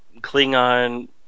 Klingon